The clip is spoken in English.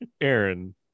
Aaron